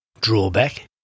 drawback